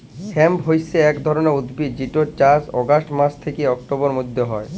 hemp হইসে একট ধরণের উদ্ভিদ যেটর চাস অগাস্ট মাস থ্যাকে অক্টোবরের মধ্য হয়